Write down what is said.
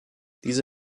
diese